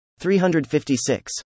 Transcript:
356